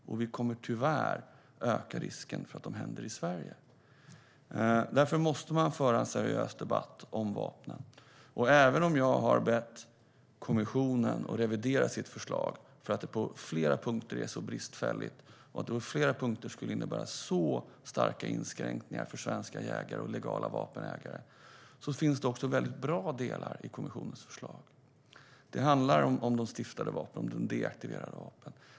Och vi kommer tyvärr att öka risken för att de händer i Sverige. Därför måste man föra en seriös debatt om vapnen. Även om jag har bett kommissionen att revidera sitt förslag för att det på flera punkter är så bristfälligt finns det också väldigt bra delar i förslaget. Det handlar om stiftade vapen, deaktiverade vapen.